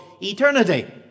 eternity